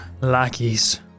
lackeys